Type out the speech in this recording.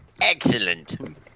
Excellent